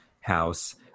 house